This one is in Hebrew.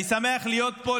אני שמח להיות פה,